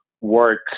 work